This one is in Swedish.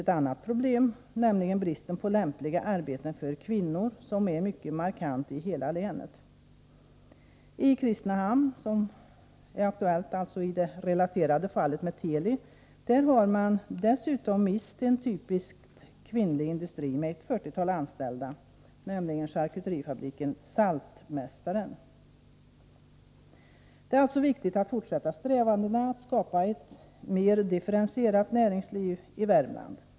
ett annat problem, nämligen den i hela länet markanta bristen på lämpliga arbeten för kvinnor. I Kristinehamn, som är aktuellt i det relaterade fallet med Teli, har man dessutom mist en typiskt kvinnlig industri med ett fyrtiotal anställda, nämligen charkuterifabriken Saltmästaren. Det är alltså viktigt att även i fortsättningen eftersträva ett mer differentierat näringsliv i Värmland.